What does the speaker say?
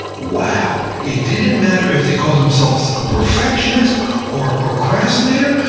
wow! it didn't matter if they called themselves a perfectionist or a procrastinator,